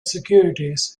securities